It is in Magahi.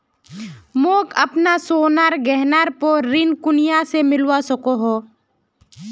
मोक अपना सोनार गहनार पोर ऋण कुनियाँ से मिलवा सको हो?